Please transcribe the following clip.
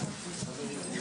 הישיבה ננעלה בשעה 11:00.